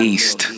East